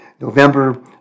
November